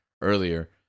earlier